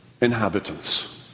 inhabitants